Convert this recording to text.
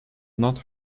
not